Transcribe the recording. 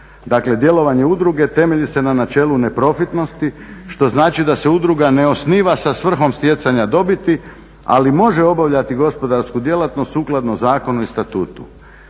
dakle djelovanje udruge temelji se na načelu neprofitnosti što znači da se udruga ne osniva sa svrhom stjecanja dobiti ali može obavljati gospodarsku djelatnost sukladno zakonu i statutu.